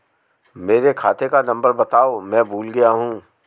मेरे खाते का नंबर बताओ मैं भूल गया हूं